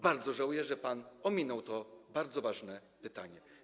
Bardzo żałuję, że pan ominął to bardzo ważne pytanie.